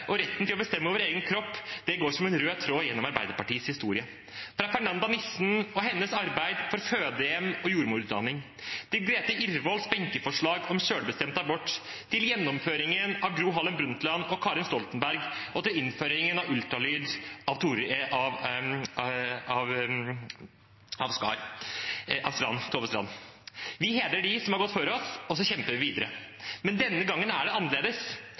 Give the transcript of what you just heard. og rett til å bestemme over egen kropp går som en rød tråd gjennom Arbeiderpartiets historie – fra Fernanda Nissen og hennes arbeid for fødehjem og jordmorutdanning til Grethe Irvolls benkeforslag om selvbestemt abort, til gjennomføringen av Gro Harlem Brundtland og Karin Stoltenberg og til innføringen av ultralyd av Tove Strand. Vi hedrer dem som har gått før oss, og vi kjemper videre. Men denne gangen er det annerledes.